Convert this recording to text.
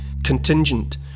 Contingent